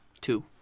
two